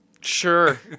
Sure